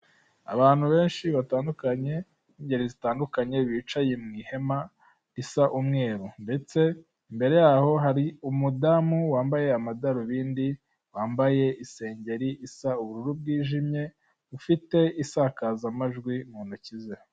Abantu benshi batandukanye b'ingeri zitandukanye, bicaye mu ihema risa umweru ndetse imbere yaho hari umudamu wambaye amadarubindi, wambaye isengeri isa ubururu bwijimye, ufite isakazamajwi mu ntoki ze.